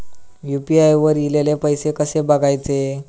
UPI वर ईलेले पैसे कसे बघायचे?